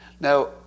Now